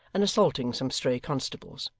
and assaulting some stray constables.